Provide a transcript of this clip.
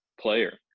player